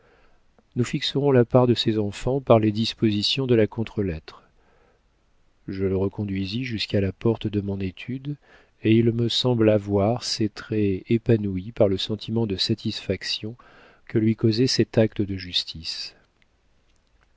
nous fixerons la part de ces enfants par les dispositions de la contre-lettre je le reconduisis jusqu'à la porte de mon étude et il me sembla voir ses traits épanouis par le sentiment de satisfaction que lui causait cet acte de justice